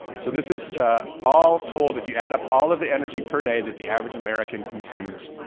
so this is all told, if you add up all of the energy per day that the average american consumes,